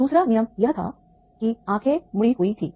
दूसरा नियम यह था कि आँखें मुड़ी हुई थीं